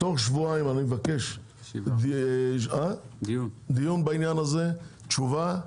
אני מבקש דיון בעניין הזה תוך שבועיים ותשובה.